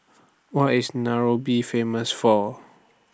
What IS Nairobi Famous For